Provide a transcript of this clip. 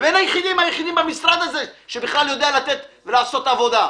מבין היחידים במשרד הזה שבכלל יודע לתת ולעשות עבודה.